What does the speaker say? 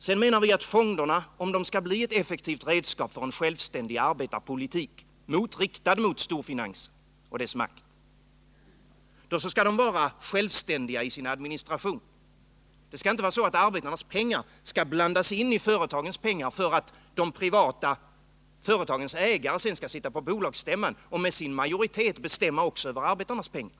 Vi menar vidare att fonderna, om de skall bli ett effektivt redskap för en självständig arbetarpolitik som är riktad mot storfinansen och dess makt, skall vara självständiga också i sin administration. Det skall inte vara så att arbetarnas pengar blandas in i företagens pengar, så att de privata företagens ägare skall kunna sitta på bolagsstämman och med sin majoritet bestämma också över arbetarnas pengar.